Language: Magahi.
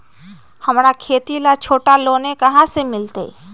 हमरा खेती ला छोटा लोने कहाँ से मिलतै?